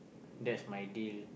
that's my deal